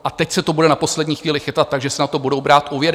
A teď se to bude na poslední chvíli chytat, takže se na to budou brát úvěry.